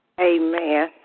Amen